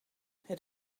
het